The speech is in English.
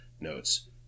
notes